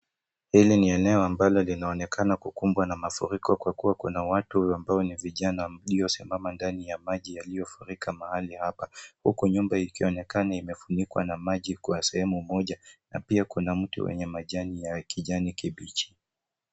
Hili ni eneo ambalo linaonekana kukumbwa na mafuriko kwa kuwa kuna watu ambao ni vijana waliosimama ndani ya maji yaliofurika mahali hapa. Huku nyumba ikionekana imefunikwa na maji kwa sehemu moja na pia kuna mti wenye majani ya kijani kibichi.